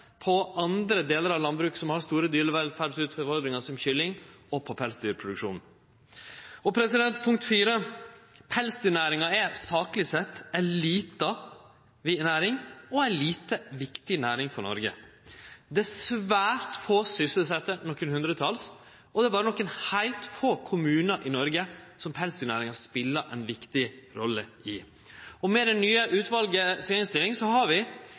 på andre delar av landbruket som har store utfordringar med dyrevelferda – som kylling – og pelsdyrproduksjonen. Punkt 4: Pelsdyrnæringa er, sakleg sett, ei lita næring og ei lite viktig næring for Noreg. Det er svært få sysselsette – nokre hundretals – og det er berre nokre heilt få kommunar i Noreg der pelsdyrnæringa speler ei viktig rolle. Og med det nye utvalet si innstilling har vi